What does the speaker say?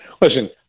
listen